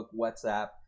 whatsapp